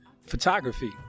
photography